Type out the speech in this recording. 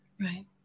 right